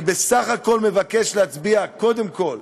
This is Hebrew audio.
אני בסך הכול מבקש להציע, קודם כול: